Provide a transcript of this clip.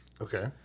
Okay